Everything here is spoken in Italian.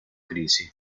crisi